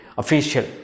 official